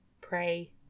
Pray